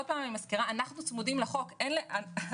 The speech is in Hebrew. אני מזכירה שוב, אנחנו צמודים לחוק גיל פרישה.